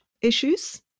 issues